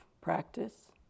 practice